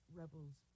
rebels